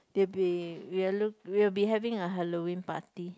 we'll be we'll look we'll be having a Halloween party